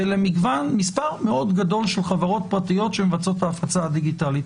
ולמספר מאוד גדול של חברות פרטיות שמבצעות את ההפצה הדיגיטלית.